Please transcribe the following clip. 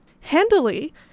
Handily